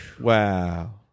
Wow